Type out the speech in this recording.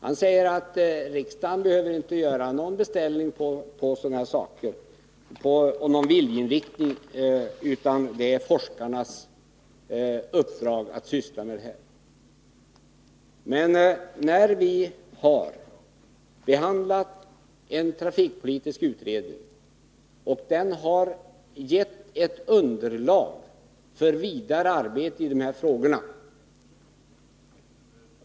Han säger att riksdagen inte behöver göra någon beställning eller uttrycka någon viljeinriktning beträffande sådan här forskning — det är forskarnas uppgift att syssla med detta. Här har vi emellertid behandlat en trafikpolitisk utredning som har givit underlag för vidare arbete med dessa frågor.